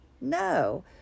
No